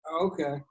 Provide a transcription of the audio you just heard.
Okay